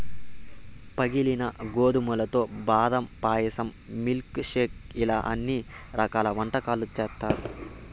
పగిలిన గోధుమలతో బాదం పాయసం, మిల్క్ షేక్ ఇలా అన్ని రకాల వంటకాలు చేత్తారు